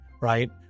right